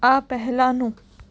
આ પહેલાંનું